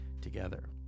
together